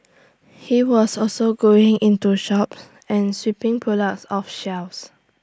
he was also going into shops and sweeping products off shelves